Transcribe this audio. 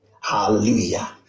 Hallelujah